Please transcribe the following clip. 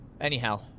anyhow